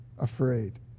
afraid